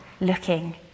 looking